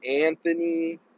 Anthony